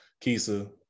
Kisa